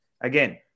Again